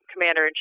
Commander